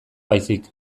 baizik